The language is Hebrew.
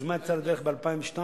כשהיוזמה יצאה לדרך ב-2002,